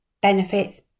benefits